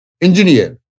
Engineer